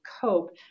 cope